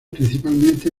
principalmente